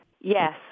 Yes